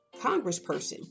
congressperson